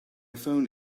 phone